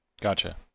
Gotcha